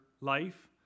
life